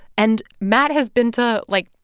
and matt has been to, like,